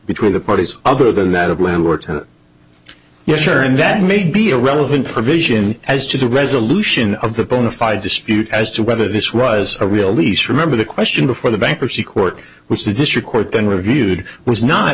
between the parties other than that of landlord yes sure and that may be a relevant provision as to the resolution of the bona fide dispute as to whether this was a real lease remember the question before the bankruptcy court which the district court then reviewed was not